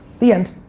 the end.